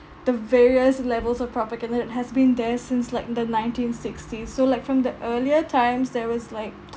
the various levels of propaganda that has been there since like the nineteen sixties so like from the earlier times there was like